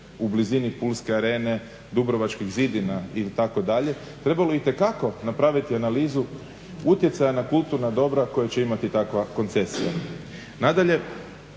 u blizini Pulske arene, Dubrovačkih zidina itd. trebalo itekako napraviti analizu utjecaja na kulturna dobra koje će imati takva koncesija. Nadalje,